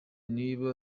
niba